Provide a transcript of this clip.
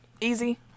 Easy